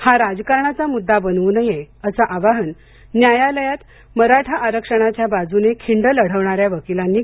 हा राजकारणाचा मुद्दा बनव् नये असं आवाहन न्यायालयात मराठा आरक्षणाच्या बाजूने खिंड लढवणाऱ्या वकिलांनी केलं आहे